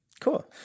Cool